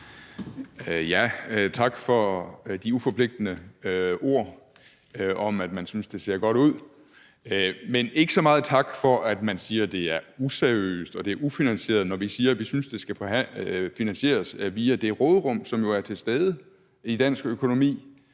Tak for de uforpligtende ord om, at man synes, det ser godt ud. Men ikke så meget tak for, at man siger, at det er useriøst, og at det er ufinansieret, når vi siger, at vi synes, det skal finansieres via det råderum, som jo er til stede i dansk økonomi.